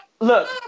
Look